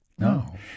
No